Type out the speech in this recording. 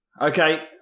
Okay